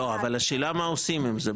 לא, אבל השאלה מה עושים עם זה?